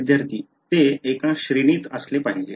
विद्यार्थीः ते एका श्रेणीत पाहिजे